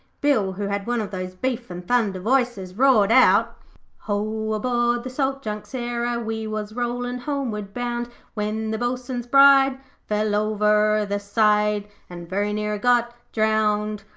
bill, who had one of those beef-and-thunder voices, roared out ho, aboard the salt junk sarah we was rollin' homeward bound, when the bo'sun's bride fell over the side and very near got drowned.